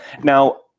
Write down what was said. Now